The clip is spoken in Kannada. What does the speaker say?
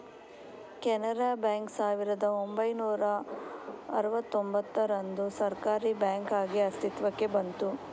ಕೆನರಾ ಬ್ಯಾಂಕು ಸಾವಿರದ ಒಂಬೈನೂರ ಅರುವತ್ತೂಂಭತ್ತರಂದು ಸರ್ಕಾರೀ ಬ್ಯಾಂಕಾಗಿ ಅಸ್ತಿತ್ವಕ್ಕೆ ಬಂತು